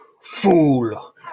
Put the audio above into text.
Fool